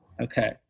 Okay